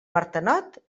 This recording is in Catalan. martenot